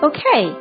Okay